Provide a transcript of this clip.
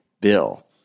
bill